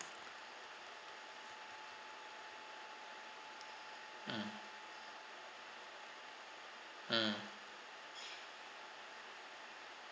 mm mm